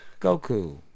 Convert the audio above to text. goku